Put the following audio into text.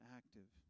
active